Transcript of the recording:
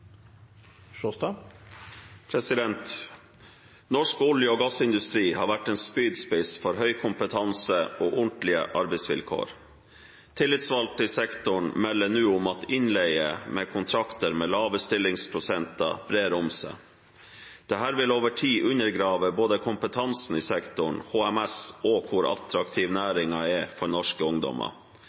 ordentlige arbeidsvilkår. Tillitsvalgte i sektoren melder nå om at innleie med kontrakter med lave stillingsprosenter brer om seg. Dette vil over tid undergrave både kompetansen i sektoren, HMS og hvor attraktiv næringen er for norske ungdommer.